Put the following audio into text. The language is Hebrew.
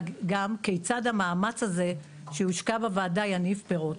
גם כיצד המאמץ הזה שהושקע בוועדה יניב פירות,